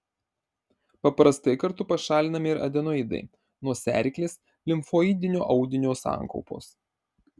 paprastai kartu pašalinami ir adenoidai nosiaryklės limfoidinio audinio sankaupos